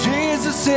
Jesus